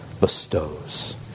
bestows